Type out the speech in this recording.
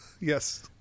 Yes